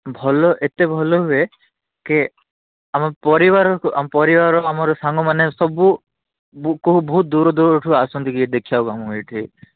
ଭଲ ଏତେ ଭଲ ହୁଏ କେ ଆମ ପରିବାର ଆମ ପରିବାର ସାଙ୍ଗମାନେ ସବୁ ବହୁତ ଦୂର ଦୂରଠୁ ଆସନ୍ତି ଦେଖିବାକୁ ଆମର ଏଠି